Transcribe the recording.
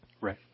Right